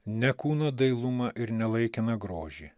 ne kūno dailumą ir ne laikiną grožį